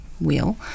wheel